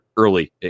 Early